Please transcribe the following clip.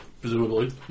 presumably